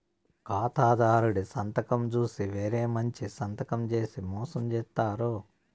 ఖాతాదారుడి సంతకం చూసి వేరే మంచి సంతకం చేసి మోసం చేత్తారు